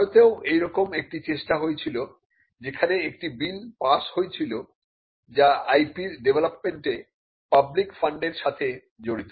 ভারতেও এইরকম একটি চেষ্টা হয়েছিল যেখানে একটি বিল পাস হয়েছিল যা IP র ডেভেলপমেন্টে পাবলিক ফান্ডের সাথে জড়িত